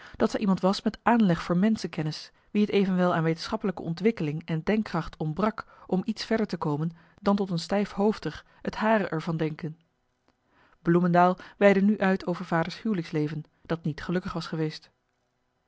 dat zij iemand was met aanleg voor menschenkennis wie t evenwel aan wetenschappelijke ontwikkeling en denkkracht ontbrak om iets verder te komen dan tot een stijfhoofdig t hare er van denken bloemendael weidde nu uit over vaders huwelijksleven dat niet gelukkig was geweest